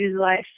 life